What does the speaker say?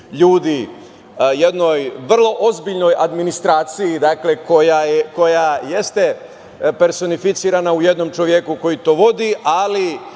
ljudi, jednoj vrlo ozbiljnoj administraciji koja jeste personificirana u jednom čoveku koji to vodi, ali